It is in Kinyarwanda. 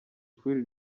shuri